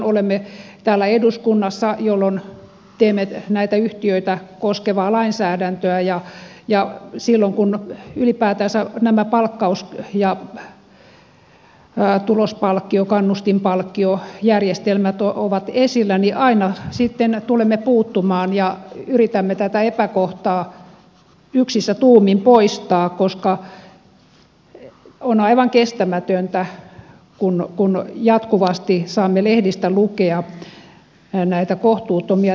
olemme täällä eduskunnassa jolloin teemme näitä yhtiöitä koskevaa lainsäädäntöä ja silloin kun ylipäätänsä nämä palkkaus ja tulospalkkio kannustinpalkkiojärjestelmät ovat esillä niin aina sitten tulemme puuttumaan ja yritämme tätä epäkohtaa yksissä tuumin poistaa koska on aivan kestämätöntä kun jatkuvasti saamme lehdistä lukea näistä kohtuuttomista tilanteista